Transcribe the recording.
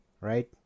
right